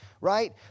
right